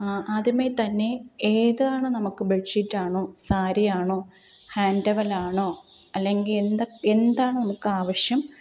ആദ്യമായി തന്നെ ഏതാണ് നമുക്ക് ബെഡ്ഷീറ്റാണോ സാരിയാണോ ഹാൻഡ് ടവ്വലാണോ അല്ലെങ്കിൽ എന്താണ് നമുക്ക് ആവശ്യം